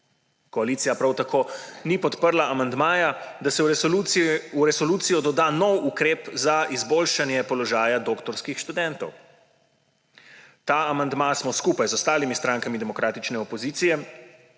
Koalicija prav tako ni podprla amandmaja, da se v resolucijo doda nov ukrep za izboljšanje položaja doktorskih študentov. Ta amandma smo skupaj z ostalimi strankami demokratične opozicije